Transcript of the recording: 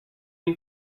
این